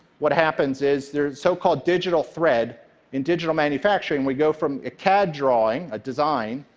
what happens is, the so-called digital thread in digital manufacturing. we go from a cad drawing, a design,